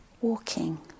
walking